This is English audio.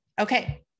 Okay